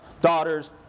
daughters